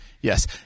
Yes